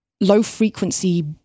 low-frequency